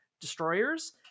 destroyers